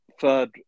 Third